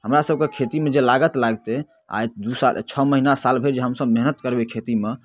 हमरासभके खेतीमे जे लागत लागतै आओर दुइ साल छओ महीना सालभरि जे हमसभ मेहनति करबै खेतीमे